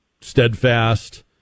steadfast